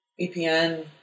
VPN